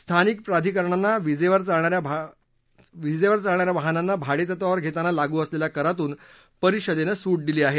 स्थानिक प्राधिकरणांना विजेवर चालणारी वाहनं भाडेतत्वावर घेताना लागू असलेल्या करातून परिषदेनं सूट दिली आहे